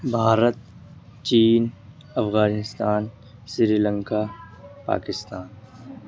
بھارت چین افغانستان سری لنکا پاکستان